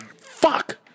fuck